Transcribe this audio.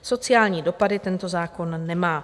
Sociální dopady tento zákon nemá.